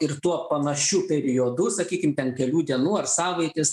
ir tuo panašiu periodu sakykim ten kelių dienų ar savaitės